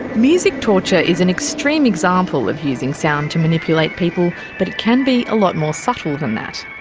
music torture is an extreme example of using sound to manipulate people, but it can be a lot more subtle than that.